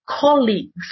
colleagues